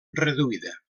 reduïda